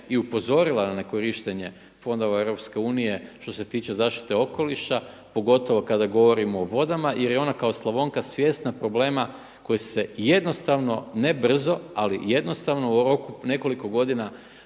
i upozorila na nekorištenje fondova EU što se tiče zaštite okoliša pogotovo kada govorimo o vodama, jer je ona kao Slavonka svjesna problema koji se jednostavno ne brzo, ali jednostavno u roku nekoliko godina